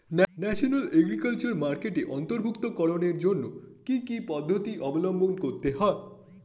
National agriculture মার্কেটে অন্তর্ভুক্তিকরণের জন্য কি কি পদ্ধতি অবলম্বন করতে হয়?